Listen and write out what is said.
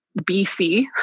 BC